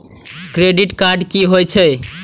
Credit card की होय छै?